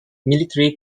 military